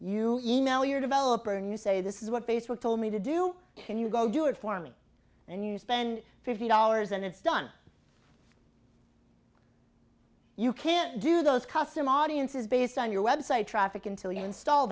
you email your developer and you say this is what facebook told me to do can you go do it for me and you spend fifty dollars and it's done you can't do those custom audiences based on your website traffic until you install